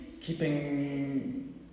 keeping